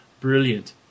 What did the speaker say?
Brilliant